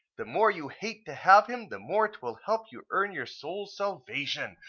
the more you hate to have him, the more twill help you earn your soul's salvation.